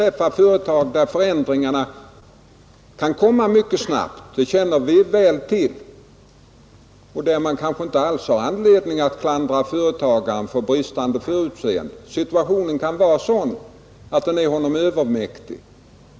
Det kan förekomma företag där förändringar inträffar mycket snabbt — det känner vi väl till — och där man kanske inte alls har anledning att klandra företagaren för bristande förutseende, Situationen kan vara sådan att den är honom övermäktig.